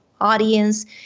audience